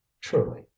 truly